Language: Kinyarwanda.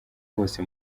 hose